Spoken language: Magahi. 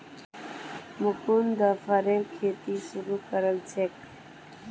मुकुन्द फरेर खेती शुरू करल छेक